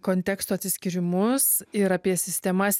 kontekstų atsiskyrimus ir apie sistemas